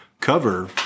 cover